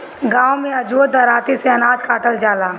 गाँव में अजुओ दराँती से अनाज काटल जाला